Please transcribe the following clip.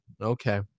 Okay